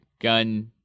gun